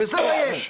וזה מה יש.